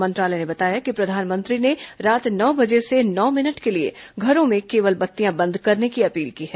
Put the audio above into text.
मंत्रालय ने बताया कि प्रधानमंत्री ने रात नौ बजे से नौ मिनट के लिए घरों में केवल बत्तियां बंद करने की अपील की है